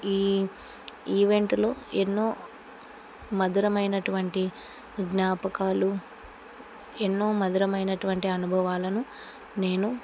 ఈ ఈవెంట్లో ఎన్నో మధురమైనటువంటి జ్ఞాపకాలు ఎన్నో మధురమైనటువంటి అనుభవాలను నేను